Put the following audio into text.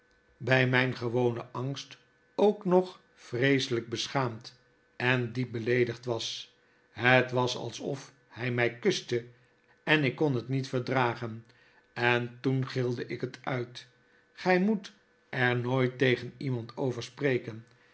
by mijn gewonen angst ook nog vreeselp beschaamd en diep beleedigd was het was alsof hy my kuste en ik kon het niet verdragen en toen gilde ik het uit gy moet er nooit tegen iemand over spreken